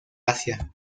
asia